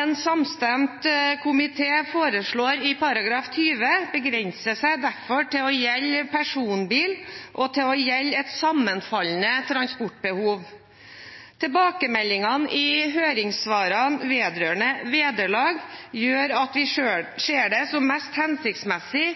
en samstemt komité foreslår i yrkestransportloven § 20, begrenser seg derfor til å gjelde personbil og til å gjelde et sammenfallende transportbehov. Tilbakemeldingene i høringssvarene vedrørende vederlag gjør at vi ser det som mest hensiktsmessig